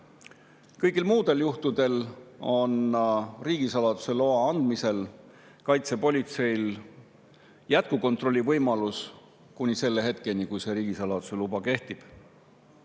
Kõigil muudel juhtudel on riigisaladuse loa andmisel kaitsepolitseil jätkukontrollivõimalus [niikaua], kuni see riigisaladuse luba kehtib.